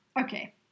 Okay